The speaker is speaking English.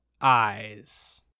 Eyes